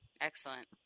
excellent